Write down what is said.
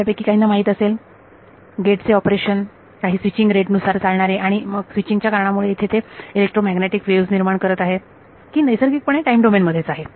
आपल्यापैकी काहींना माहित असेल गेट चे ऑपरेशन काही स्विचींग रेट नुसार चालणारे आणि स्विचींग च्या कारणामुळे इथे ते इलेक्ट्रोमॅग्नेटिक वेव्हॅज निर्माण करत आहे की नैसर्गिकपणे टाईम डोमेन मध्येच आहे